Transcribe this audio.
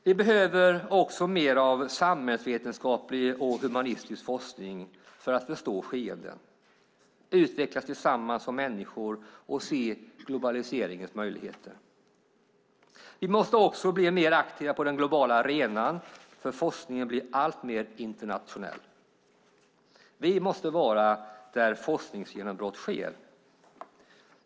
Vi behöver också mer av samhällsvetenskaplig och humanistisk forskning för att förstå skeenden, utvecklas tillsammans som människor och se globaliseringens möjligheter. Vi måste också bli mer aktiva på den globala arenan, för forskningen blir alltmer internationell. Vi måste vara där forskningsgenombrott sker.